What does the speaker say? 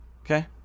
Okay